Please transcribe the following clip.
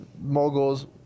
moguls